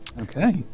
okay